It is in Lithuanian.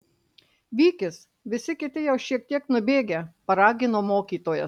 vykis visi kiti jau šitiek nubėgę paragino mokytojas